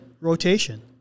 rotation